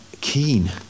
keen